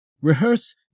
Rehearse